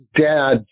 Dad